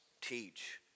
teach